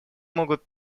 могут